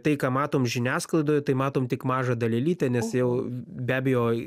tai ką matom žiniasklaidoj tai matom tik mažą dalelytę nes jau be abejo